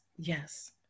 Yes